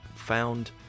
Found